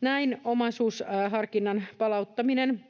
Näin omaisuusharkinnan palauttaminen